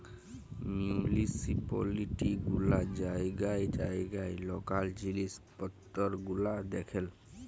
municipality গুলা জাইগায় জাইগায় লকাল জিলিস পত্তর গুলা দ্যাখেল